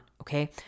okay